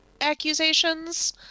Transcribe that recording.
accusations